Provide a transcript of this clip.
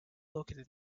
located